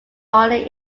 only